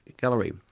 gallery